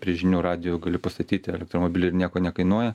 prie žinių radijo gali pastatyti elektromobilį ir nieko nekainuoja